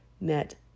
met